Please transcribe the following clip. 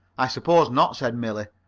i suppose not, said millie.